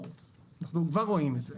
אנחנו כבר רואים את זה.